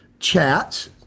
chats